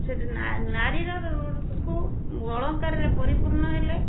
ସେଥି ନାରୀରକୁ ଅଳଙ୍କାରରେ ପରିପୂର୍ଣ୍ଣ ହଲେ